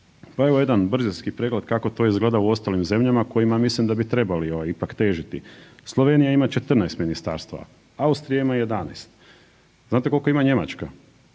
Pa evo jedan brzinski pregled kako to izgleda u ostalim zemljama kojima mislim da bi trebali ovaj ipak težiti. Slovenija ima 14 ministarstava, Austrija ima 11. Znate koliko ima Njemačka?